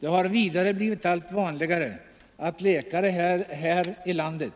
Det har vidare blivit allt vanligare 30 oktober 1974 att läkare här i landet